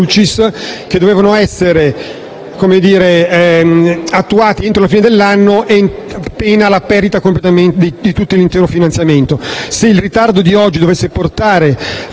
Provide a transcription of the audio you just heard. che dovevano essere destinati entro la fine dell'anno pena la perdita dell'intero finanziamento.